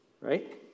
right